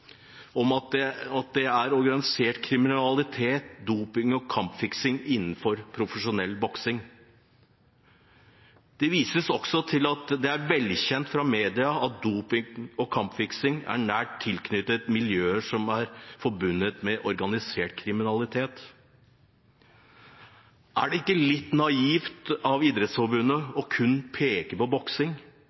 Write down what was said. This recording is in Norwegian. er organisert kriminalitet, doping og kampfiksing innen profesjonell boksing. Det vises også til at det er velkjent fra media at doping og kampfiksing er nært tilknyttet miljøer som er forbundet med organisert kriminalitet. Er det ikke litt naivt av Idrettsforbundet kun å peke på boksing?